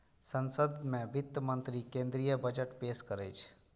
संसद मे वित्त मंत्री केंद्रीय बजट पेश करै छै